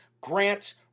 grants